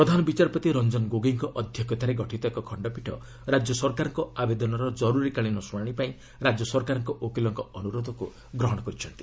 ପ୍ରଧାନ ବିଚାରପତି ରଞ୍ଜନ ଗୋଗୋଇଙ୍କ ଅଧ୍ୟକ୍ଷତାରେ ଗଠିତ ଏକ ଖଶ୍ତପୀଠ ରାଜ୍ୟ ସରକାରଙ୍କ ଆବେଦନର କରୁରୀକାଳୀନ ଶୁଣାଣିପାଇଁ ରାଜ୍ୟ ସରକାରଙ୍କ ଓକିଲଙ୍କ ଅନୁରୋଧକୁ ଗ୍ରହଣ କରିଛନ୍ତି